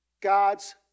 god's